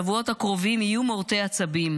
יהיו מורטי עצבים,